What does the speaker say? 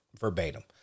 verbatim